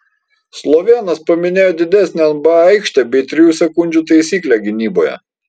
slovėnas paminėjo didesnę nba aikštę bei trijų sekundžių taisyklę gynyboje